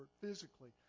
physically